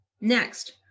Next